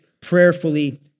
prayerfully